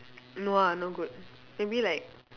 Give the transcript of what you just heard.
no ah not good maybe like